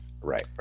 Right